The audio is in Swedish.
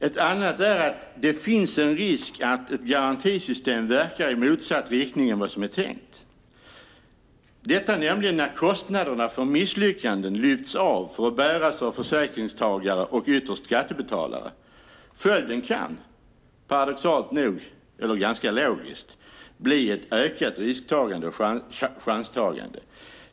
Ett är att det finns en risk att ett garantisystem verkar i motsatt riktning mot vad som är tänkt, nämligen när kostnaderna för misslyckandena lyfts av för att bäras av försäkringstagare och ytterst av skattebetalare. Följden kan bli - det är ganska logiskt - ett ökat risktagande och chanstagande.